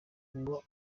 ngo